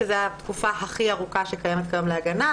שזו התקופה הכי ארוכה שקיימת כיום להגנה.